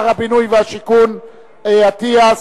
שר הבינוי והשיכון אטיאס.